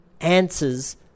answers